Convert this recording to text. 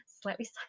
slightly